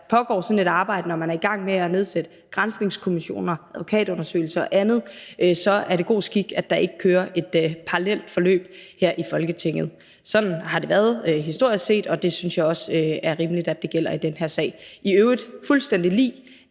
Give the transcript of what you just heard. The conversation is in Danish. pågår sådan et arbejde, altså når man er i gang med at nedsætte granskningskommissioner, advokatundersøgelser og andet, så er det god skik, at der ikke kører et parallelt forløb her i Folketinget. Sådan har det været historisk set, og jeg synes også, det er rimeligt, at det gælder i den her sag. I øvrigt fuldstændig lig